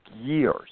years